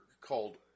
called